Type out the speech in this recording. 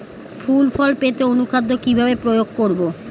ফুল ফল পেতে অনুখাদ্য কিভাবে প্রয়োগ করব?